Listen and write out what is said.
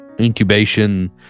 incubation